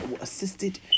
assisted